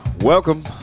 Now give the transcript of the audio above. Welcome